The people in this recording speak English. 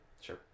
Sure